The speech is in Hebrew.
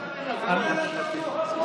על המעונות.